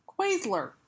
Quasler